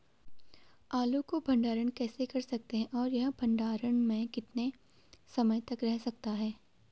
आलू को भंडारण कैसे कर सकते हैं और यह भंडारण में कितने समय तक रह सकता है?